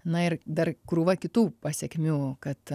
na ir dar krūva kitų pasekmių kad